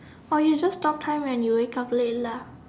or you just stop time when you wake up late lah